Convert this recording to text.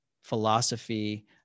philosophy